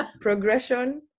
progression